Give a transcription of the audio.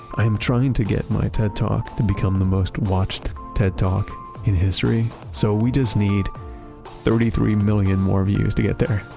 i am trying to get my ted talk to become the most-watched ted talk in history. so we just need thirty three million more views to get there.